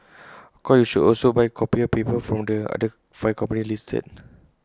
of course you should also buy copier paper from the other five companies listed